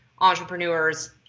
entrepreneurs